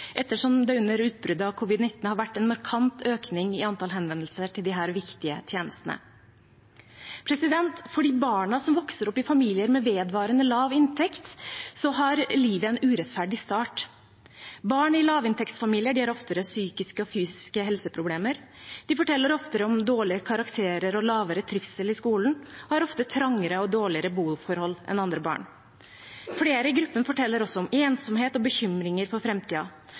ettersom det under utbruddet av covid-19 har vært en markant økning i antall henvendelser til disse viktige tjenestene. For de barna som vokser opp i familier med vedvarende lav inntekt, har livet en urettferdig start. Barn i lavinntektsfamilier har oftere psykiske og fysiske helseproblemer, de forteller oftere om dårlige karakterer og mindre trivsel i skolen og har ofte trangere og dårligere boforhold enn andre barn. Flere i gruppen forteller også om ensomhet og bekymringer for